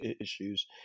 issues